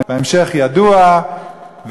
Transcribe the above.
וההמשך ידוע,